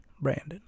Brandon